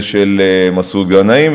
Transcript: ושל מסעוד גנאים,